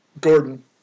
Gordon